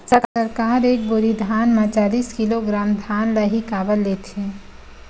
सरकार एक बोरी धान म चालीस किलोग्राम धान ल ही काबर लेथे?